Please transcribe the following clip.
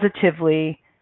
Positively